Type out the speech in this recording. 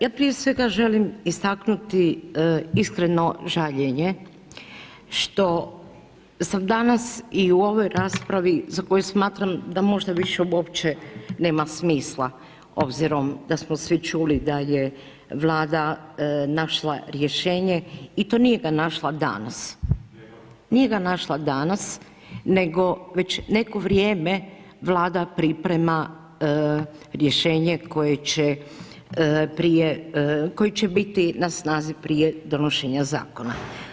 Ja prije svega želim istaknuti iskreno žaljenje što sam danas i u ovoj raspravi za koju smatram da možda više uopće nema smisla obzirom da smo svi čuli da je Vlada našla rješenje i to nije ga našla danas, nije ga našla danas nego već neko vrijeme Vlada priprema rješenje koje će prije, koje će biti na snazi prije donošenja zakona.